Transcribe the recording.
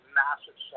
massive